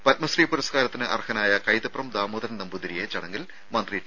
പത്മശ്രീ പുരസ്കാരത്തിന് അർഹനായ കൈതപ്രം ദാമോദരൻ നമ്പൂതിരിയെ ചടങ്ങിൽ മന്ത്രി ടി